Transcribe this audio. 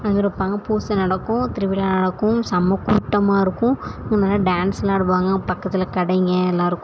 அது மாதிரி வைப்பாங்க பூஜை நடக்கும் திருவிழா நடக்கும் செம கூட்டமாக இருக்கும் இங்கே நல்லா டான்ஸுலாம் ஆடுவாங்க பக்கத்தில் கடைங்க எல்லாம் இருக்கும்